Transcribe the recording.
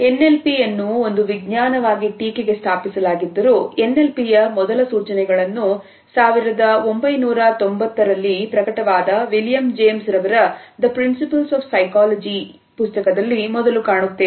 NLPಅನ್ನು ಒಂದು ವಿಜ್ಞಾನವಾಗಿದೆ ಟೀಕೆಗೆ ಸ್ಥಾಪಿಸಲಾಗಿದ್ದರೂ NLPಯ ಮೊದಲ ಸೂಚನೆಗಳನ್ನು 1890 ರಲ್ಲಿ ಪ್ರಕಟವಾದ ವಿಲಿಯಂ ಜೇಮ್ಸ್ ರವರ The Principles of Psychology ಯಲ್ಲಿ ಮೊದಲು ಕಾಣುತ್ತೇವೆ